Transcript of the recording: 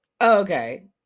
okay